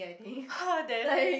!huh! then